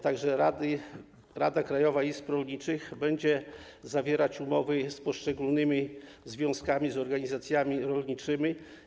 Także Krajowa Rada Izb Rolniczych będzie zawierać umowy z poszczególnymi związkami, z organizacjami rolniczymi.